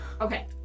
Okay